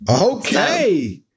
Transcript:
Okay